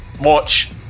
watch